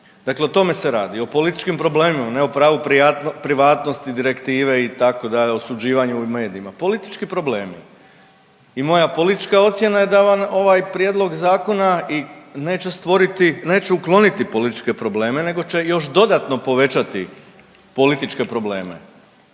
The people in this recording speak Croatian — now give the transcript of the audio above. Dakle o tome se radi, o političkim problemima, ne o pravu privatnosti, direktive, itd., osuđivanju i medijima. Politički problemi i moja politička ocjena je da vam ovaj prijedlog zakona i neće stvoriti, neće ukloniti političke probleme nego će još dodatno povećati političke probleme,